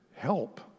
Help